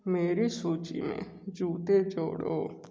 मेरी सूची में जूते जोड़ो